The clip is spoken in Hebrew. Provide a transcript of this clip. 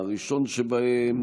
הראשון שבהם,